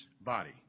body